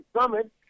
Summit